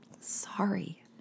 sorry